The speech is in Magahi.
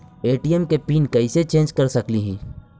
ए.टी.एम के पिन कैसे चेंज कर सकली ही?